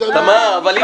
לא ביקשתי שתעני לי.